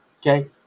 Okay